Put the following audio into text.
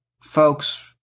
folks